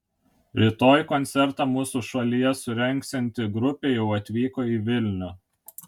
rytoj koncertą mūsų šalyje surengsianti grupė jau atvyko į vilnių